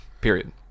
Period